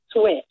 Switch